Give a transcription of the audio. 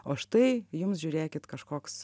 o štai jums žiūrėkit kažkoks